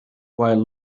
while